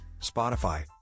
Spotify